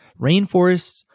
Rainforests